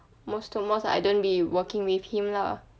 most to most I won't be working with him lah